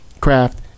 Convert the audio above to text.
craft